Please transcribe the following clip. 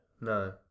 No